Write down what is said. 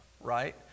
right